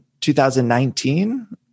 2019